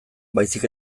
baizik